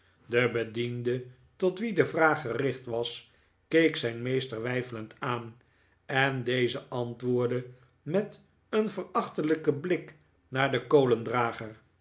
de bediende tot wien de vraag gericht was keek zijn meester weifelend aan en deze antwoordde met een verachtelijken blik naar den